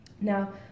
Now